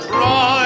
Try